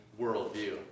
worldview